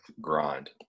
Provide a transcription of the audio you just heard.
grind